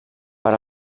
per